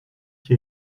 qui